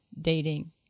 dating